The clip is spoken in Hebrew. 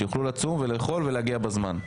שיוכלו לאכול ולצום בזמן.